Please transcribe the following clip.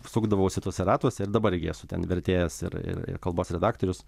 sukdavausi tuose ratuose ir dabar gi esu ten vertėjas ir ir ir kalbos redaktorius